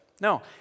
no